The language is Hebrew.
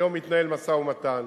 היום מתנהל משא-ומתן,